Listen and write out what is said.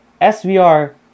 SVR